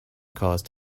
caused